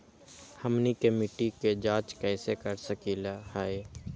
हमनी के मिट्टी के जाँच कैसे कर सकीले है?